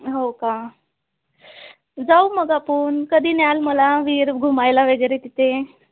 हो का जाऊ मग आपण कधी न्याल मला विहीर घुमायला वगैरे तिथे